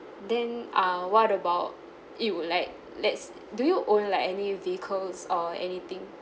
then uh what about it would like let's do you own like any vehicles or anything